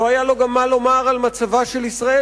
לא היה לו גם מה לומר על מצבה של ישראל,